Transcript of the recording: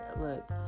Look